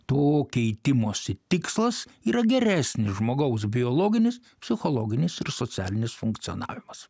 to keitimosi tikslas yra geresnis žmogaus biologinis psichologinis ir socialinis funkcionavimas